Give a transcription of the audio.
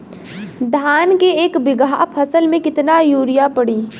धान के एक बिघा फसल मे कितना यूरिया पड़ी?